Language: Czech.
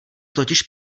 totiž